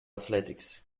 athletics